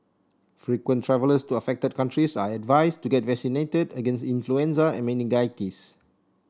frequent travellers to affected countries are advised to get vaccinated against influenza and meningitis